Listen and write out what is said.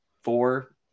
four